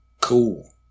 cool